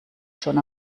schon